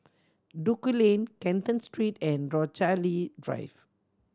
Duku Lane Canton Street and Rochalie Drive